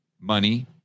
money